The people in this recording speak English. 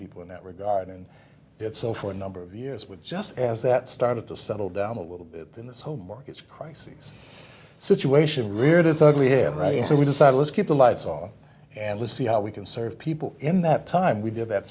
people in that regard and did so for a number of years with just as that started to settle down a little bit then this whole mortgage crises situation reared its ugly head right so we decided let's keep the lights on and let's see how we can serve people in that time we did that